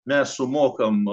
mes sumokame